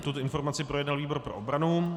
Tuto informaci projednal výbor pro obranu.